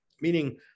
meaning